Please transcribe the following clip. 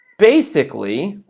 basically,